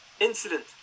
Incident